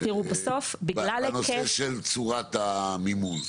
הנושא של צורת המימון,